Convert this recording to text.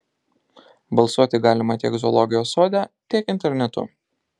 balsuoti galima tiek zoologijos sode tiek internetu